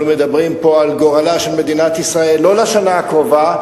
אנחנו מדברים פה על גורלה של מדינת ישראל לא לשנה הקרובה,